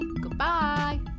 Goodbye